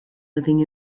living